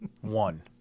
One